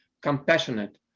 compassionate